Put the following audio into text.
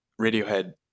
Radiohead